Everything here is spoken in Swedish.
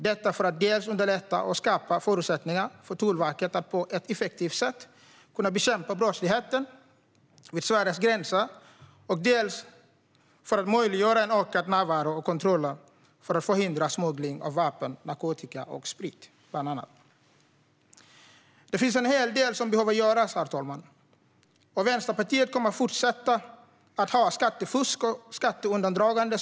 Det är viktigt för att dels underlätta och skapa förutsättningar för Tullverket att på ett effektivt sätt kunna bekämpa brottsligheten vid Sveriges gränser, dels för att möjliggöra en ökad närvaro och kontroller för att förhindra smuggling av bland annat vapen, narkotika och sprit. Det finns en hel del som behöver göras, herr talman, och Vänsterpartiet kommer att som en prioritet fortsätta att motverka skattefusk och skatteundandragande.